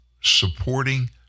supporting